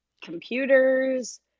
Computers